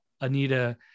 Anita